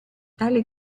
tale